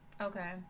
Okay